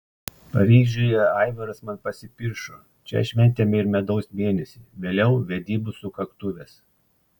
paryžiuje aivaras man pasipiršo čia šventėme ir medaus mėnesį vėliau vedybų sukaktuves